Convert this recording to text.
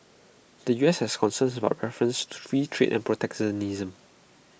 the U S has concerns about references to free trade and protectionism